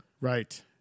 Right